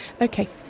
Okay